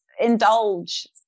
indulge